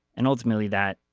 and ultimately that